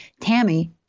Tammy